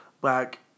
black